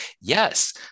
yes